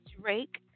drake